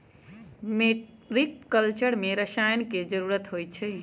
mariculture में रसायन के जरूरत होई छई